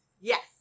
Yes